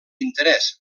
interès